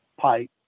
pipe